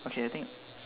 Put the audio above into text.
okay I think